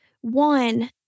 One